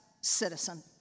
citizen